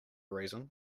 reason